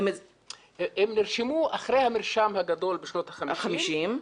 הם נרשמו אחרי המרשם הגדול בשנות ה-50'.